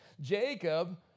Jacob